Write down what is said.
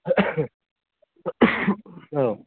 औ